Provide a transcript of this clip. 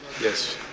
Yes